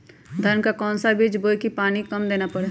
धान का कौन सा बीज बोय की पानी कम देना परे?